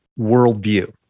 worldview